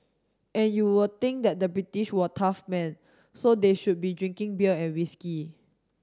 and you would think that the British were tough men so they should be drinking beer and whisky